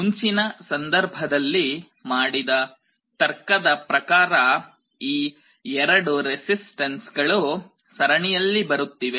ಮುಂಚಿನ ಸಂದರ್ಭದಲ್ಲಿ ಮಾಡಿದ ತರ್ಕದ ಪ್ರಕಾರ ಈ 2 ರೆಸಿಸ್ಟನ್ಸ್ಗಳು ಸರಣಿಯಲ್ಲಿ ಬರುತ್ತಿವೆ